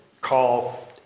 call